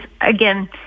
again